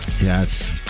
Yes